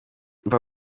mva